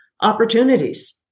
opportunities